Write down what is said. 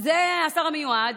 שהוא השר המיועד,